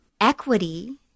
Equity